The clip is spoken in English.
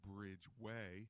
Bridgeway